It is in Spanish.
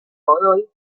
godoy